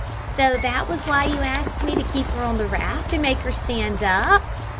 so that was why you asked me to keep her on the raft, and make her stand up?